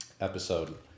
episode